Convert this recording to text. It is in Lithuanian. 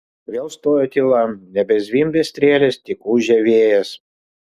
vėl stojo tyla nebezvimbė strėlės tik ūžė vėjas